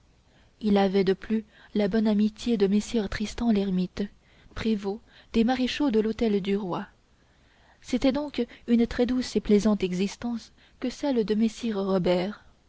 il avait de plus la bonne amitié de messire tristan l'hermite prévôt des maréchaux de l'hôtel du roi c'était donc une très douce et plaisante existence que celle de messire robert